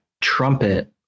trumpet